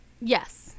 Yes